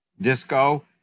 disco